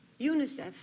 UNICEF